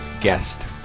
guest